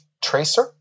tracer